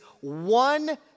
one